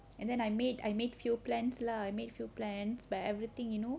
and then I made few plans lah I made few plans but everything you know